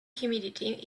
humidity